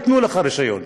ייתנו לך רישיון.